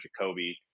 Jacoby